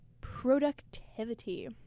productivity